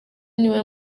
niwe